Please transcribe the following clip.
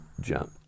jump